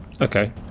okay